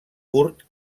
curt